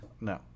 No